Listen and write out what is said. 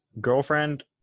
girlfriend